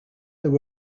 there